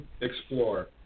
explore